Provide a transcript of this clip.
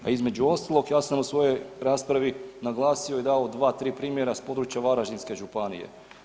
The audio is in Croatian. A i između ostalog ja sam u svojoj raspravi naglasio i dao dva, tri primjera s područja Varaždinske županije.